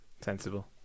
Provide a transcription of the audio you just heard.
Sensible